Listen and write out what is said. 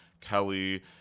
Kelly